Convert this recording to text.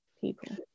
people